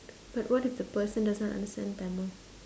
but what if the person does not understand Tamil